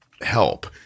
help